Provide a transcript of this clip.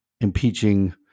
impeaching